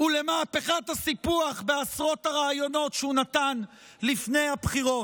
ולמהפכת הסיפוח בעשרות הראיונות שהוא נתן לפני הבחירות.